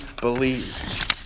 believe